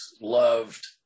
loved